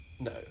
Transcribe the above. No